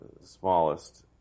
smallest